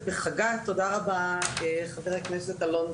כדי להצליח בחינוך שמשלב זרמים שונים ותפיסות עולם שונות,